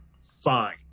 fine